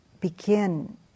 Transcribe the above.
begin